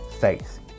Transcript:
faith